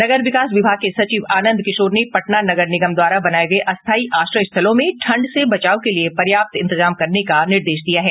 नगर विकास विभाग के सचिव आनंद किशोर ने पटना नगर निगम द्वारा बनाये गये अस्थायी आश्रय स्थलों में ठंड से बचाव के लिये पर्याप्त इंतजाम करने का निर्देश दिया है